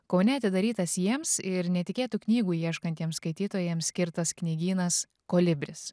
kaune atidarytas jiems ir netikėtų knygų ieškantiems skaitytojams skirtas knygynas kolibris